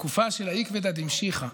בתקופה של עקבתא דמשיחא,